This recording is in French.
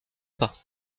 pas